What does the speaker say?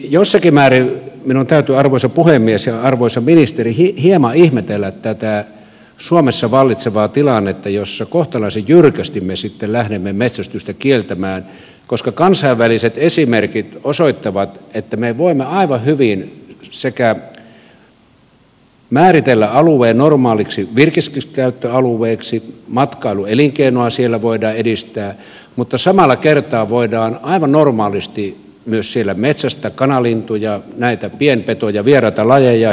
jossakin määrin minun täytyy arvoisa puhemies ja arvoisa ministeri hieman ihmetellä tätä suomessa vallitsevaa tilannetta jossa kohtalaisen jyrkästi me sitten lähdemme metsästystä kieltämään koska kansainväliset esimerkit osoittavat että me voimme aivan hyvin määritellä alueen normaaliksi virkistyskäyttöalueeksi matkailuelinkeinoa siellä voidaan edistää mutta samalla kertaa voidaan aivan normaalisti myös siellä metsästää kanalintuja näitä pienpetoja vieraita lajeja hirviä